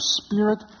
spirit